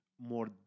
more